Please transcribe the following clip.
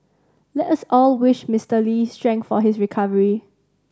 let us all wish Mister Lee strength for his recovery